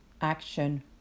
action